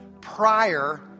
prior